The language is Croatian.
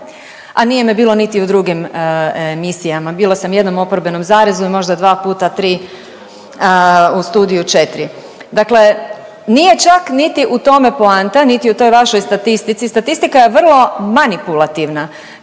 a nije me bilo niti u drugim emisijama. Bila sam jednom u Oporbenom zarezu i možda dva puta, tri u Studiju 4. Dakle, nije čak niti u tome poanta niti u toj vašoj statistici. Statistika je vrlo manipulativna.